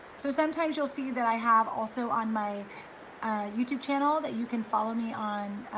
so sometimes you'll see that i have also on my youtube channel that you can follow me on